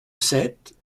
sept